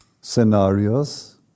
scenarios